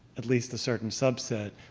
at least a certain subset,